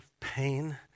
pain